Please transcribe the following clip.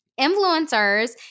Influencers